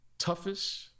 toughest